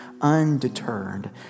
undeterred